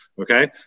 okay